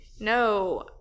No